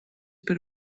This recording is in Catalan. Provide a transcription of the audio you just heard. per